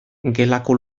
gelako